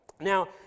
Now